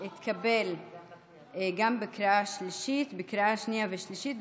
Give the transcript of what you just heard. התקבל בקריאה שנייה ושלישית,